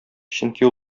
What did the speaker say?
чөнки